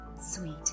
sweet